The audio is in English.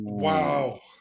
Wow